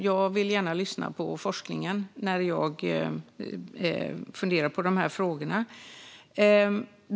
Jag vill gärna lyssna på forskningen när jag funderar på de här frågorna.